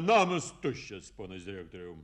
namas tuščias ponas direktoriau